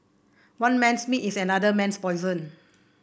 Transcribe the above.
one man's meat is another man's poison